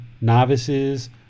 novices